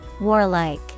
Warlike